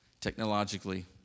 technologically